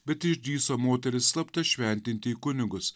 bet ir išdrįso moteris slapta šventinti į kunigus